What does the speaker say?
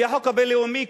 לפי החוק הבין לאומי,